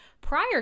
prior